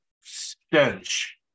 stench